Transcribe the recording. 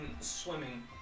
Swimming